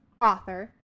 author